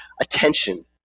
attention